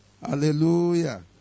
Hallelujah